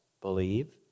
believe